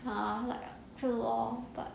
ya like true lor but